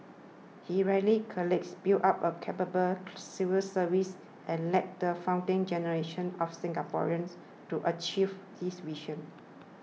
he rallied colleagues built up a capable civil service and led the founding generation of Singaporeans to achieve this vision